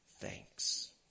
thanks